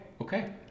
Okay